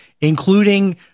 including